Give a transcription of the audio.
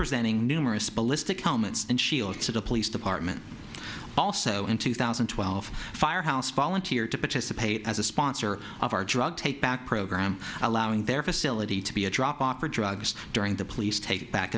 for sending numerous ballistic helmets and shield to the police department also in two thousand and twelve firehouse volunteered to participate as a sponsor of our drug take back program allowing their facility to be a drop off for drugs during the police take back